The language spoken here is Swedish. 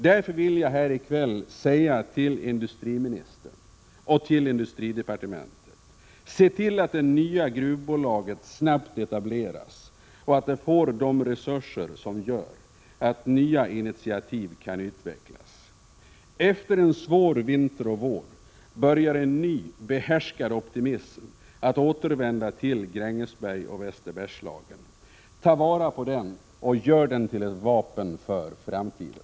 Därför vill jag här i kväll säga till industriministern och till industridepartementet: Se till att det nya gruvbolaget snabbt kommer till stånd och att det får de resurser som gör att nya initiativ kan utvecklas! Efter en svår vinter och vår börjar en ny, behärskad optimism att återvända till Grängesberg och Västerbergslagen. Ta vara på den och gör den till ett vapen för framtiden!